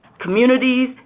Communities